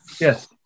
yes